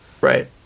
right